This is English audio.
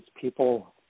people